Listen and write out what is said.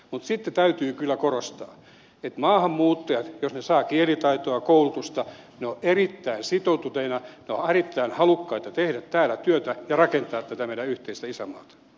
mutta sitten täytyy kyllä korostaa että maahanmuuttajat jos he saavat kielitaitoa koulutusta ovat erittäin sitoutuneita he ovat erittäin halukkaita tekemään täällä työtä ja rakentamaan tätä meidän yhteistä isänmaata